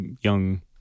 young